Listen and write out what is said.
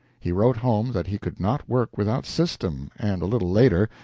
he wrote home that he could not work without system, and, a little later,